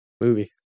movie